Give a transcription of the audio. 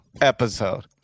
Episode